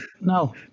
No